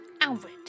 Albert